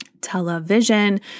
Television